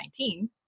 2019